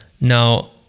Now